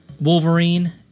Wolverine